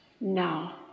now